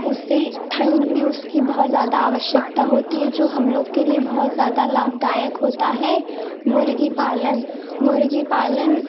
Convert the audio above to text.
उससे ठंड में उसकी बहुत ज़्यादा आवश्यकता होती है जो हम लोग के लिए बहुत ज़्यादा लाभदायक होता है मुर्गी पालन मुर्गी पालन